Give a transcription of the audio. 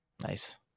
Nice